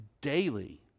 daily